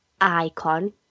icon